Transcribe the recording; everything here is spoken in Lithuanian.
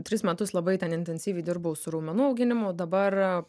tris metus labai ten intensyviai dirbau su raumenų auginimu dabar